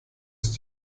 ist